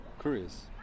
Curious